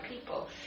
people